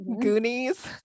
Goonies